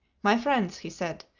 my friends, he said,